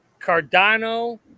Cardano